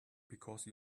because